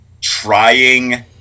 trying